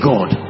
God